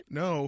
no